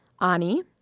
Ani